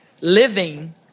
living